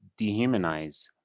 dehumanize